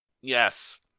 Yes